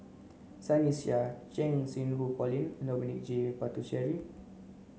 Sunny Sia Cheng Xinru Colin and Dominic J Puthucheary